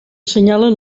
assenyalen